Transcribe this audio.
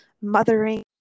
mothering